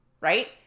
right